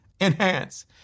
enhance